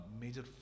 major